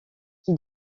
qui